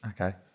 Okay